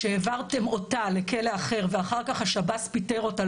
כשהעברתם אותה לכלא אחר ואחר כך השב"ס פיטר אותה,